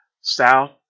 South